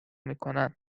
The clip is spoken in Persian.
میکنن